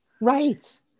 Right